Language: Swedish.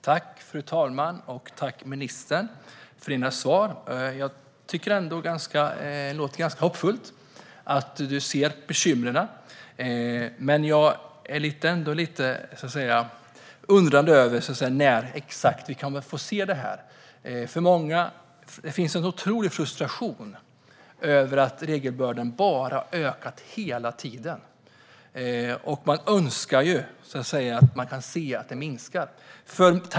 Fru talman! Jag tackar ministern för svaren. Jag tycker att det låter hoppfullt, för du ser bekymren. Men jag undrar ändå: När exakt kommer vi att få se detta? Det finns en otrolig frustration över att regelbördan bara ökar hela tiden, och man önskar att man kunde se att den minskar.